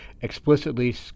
explicitly